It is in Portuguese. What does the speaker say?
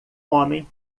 homem